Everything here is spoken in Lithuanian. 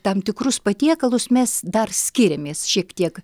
tam tikrus patiekalus mes dar skiriamės šiek tiek